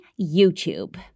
YouTube